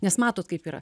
nes matot kaip yra